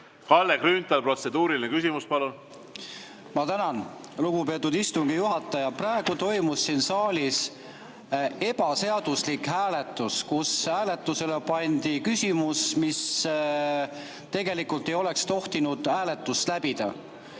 Kalle Grünthal, protseduuriline küsimus, palun! Ma tänan, lugupeetud istungi juhataja! Praegu toimus siin saalis ebaseaduslik hääletus, kus hääletusele pandi küsimus, mis tegelikult ei oleks tohtinud hääletust läbida.